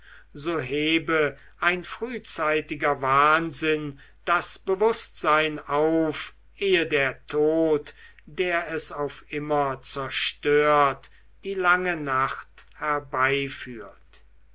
so hebe ein frühzeitiger wahnsinn das bewußtsein auf ehe der tod der es auf immer zerstört die lange nacht herbeiführt